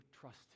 trust